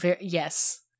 Yes